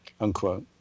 Unquote